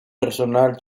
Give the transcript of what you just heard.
personal